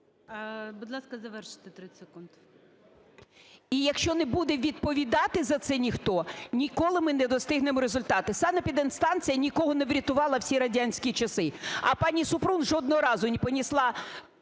Будь ласка, завершуйте, 30 секунд. КУЖЕЛЬ О.В. І якщо не буде відповідати за це ніхто, ніколи ми не достигнемо результату. Санепідемстанція нікого не врятувала всі радянські часи. А пані Супрун жодного разу не понесла